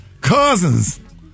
Cousins